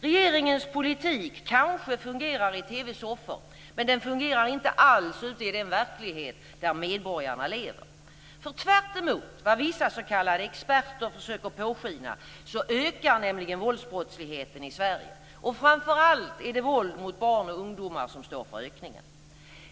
Regeringens politik kanske fungerar i TV-soffor, men den fungerar inte alls ute i den verklighet där medborgarna lever, för tvärtemot vad vissa s.k. experter försöker påskina ökar nämligen våldsbrottsligheten i Sverige. Och framför allt är det våld mot barn och ungdomar som står för ökningen.